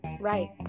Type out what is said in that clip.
Right